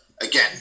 again